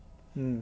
mm